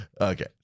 okay